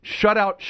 shutout